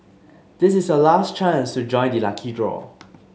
this is your last chance to join the lucky draw